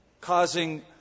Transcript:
causing